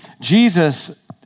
Jesus